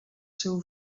seu